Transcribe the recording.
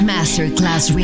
Masterclass